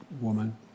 woman